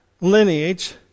lineage